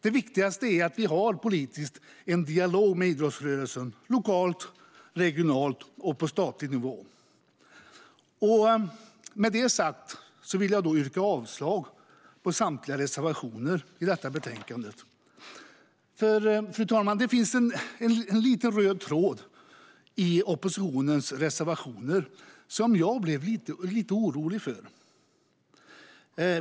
Det viktigaste är att vi har en politisk dialog med idrottsrörelsen lokalt, regionalt och på statlig nivå. Med detta sagt vill jag yrka avslag på samtliga reservationer i betänkandet. Fru talman! Det finns något av en röd tråd i oppositionens reservationer som jag blev lite orolig för.